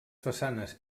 façanes